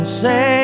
say